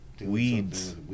weeds